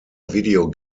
video